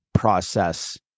process